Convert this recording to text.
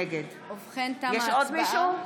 נגד יש עוד מישהו?